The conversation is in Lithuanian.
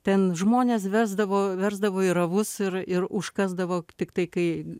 ten žmonės versdavo versdavo į rovus ir ir užkasdavo tiktai kai